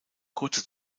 kurze